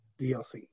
dlc